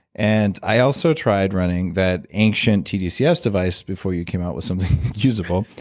and i also tried running that ancient tdcs device, before you came out with something usable,